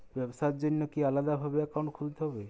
ব্যাবসার জন্য কি আলাদা ভাবে অ্যাকাউন্ট খুলতে হবে?